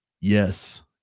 yes